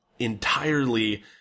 entirely